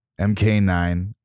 MK9